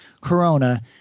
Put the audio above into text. Corona